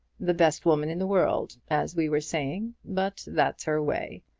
the best woman in the world, as we were saying but that's her way.